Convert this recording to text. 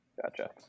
Gotcha